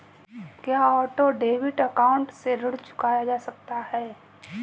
क्या auto debit account से ऋण चुकाया जा सकता है?